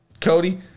Cody